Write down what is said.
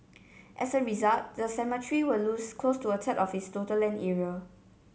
as a result the cemetery will lose close to a third of its total land area